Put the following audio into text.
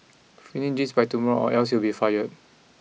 finish this by tomorrow or else you'll be fired